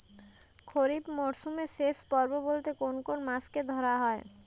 খরিপ মরসুমের শেষ পর্ব বলতে কোন কোন মাস কে ধরা হয়?